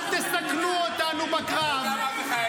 אל תסכנו אותנו בקרב.